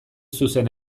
zuzen